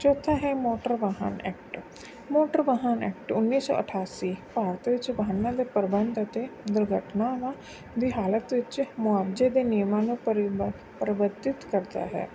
ਚੌਥਾ ਹੈ ਮੋਟਰ ਵਾਹਨ ਐਕਟ ਮੋਟਰ ਵਾਹਨ ਐਕਟ ਉੱਨੀ ਸੌ ਅਠਾਸੀ ਭਾਰਤ ਵਿੱਚ ਵਾਹਨਾਂ ਦੇ ਪ੍ਰਬੰਧ ਅਤੇ ਦੁਰਘਟਨਾਵਾਂ ਦੀ ਹਾਲਤ ਵਿੱਚ ਮੁਆਵਜ਼ੇ ਦੇ ਨਿਯਮਾਂ ਨੂੰ ਪਰਿਵ ਪਰਿਵਰਤਿਤ ਕਰਦਾ ਹੈ